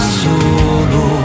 solo